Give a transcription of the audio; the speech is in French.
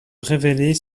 révélée